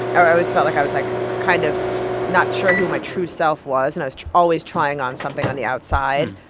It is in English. or i always felt like i was like kind of not sure who my true self was. and i was always trying on something on the outside,